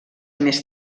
més